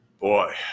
Boy